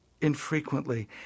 infrequently